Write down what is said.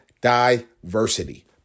diversity